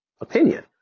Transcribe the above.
opinion